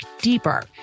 deeper